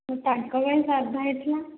ହଁ ତାଙ୍କ ପାଇଁ ସାଧା ହୋଇଥିଲା